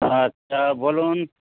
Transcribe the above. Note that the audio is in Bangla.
আচ্ছা বলুন